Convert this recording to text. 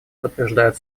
подтверждают